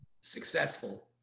successful